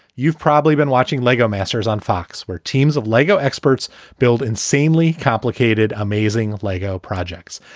you've probably been watching lego masters on fox, where teams of lego experts build insanely complicated, amazing lego projects.